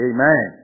Amen